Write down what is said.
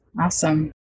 Awesome